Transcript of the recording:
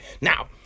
Now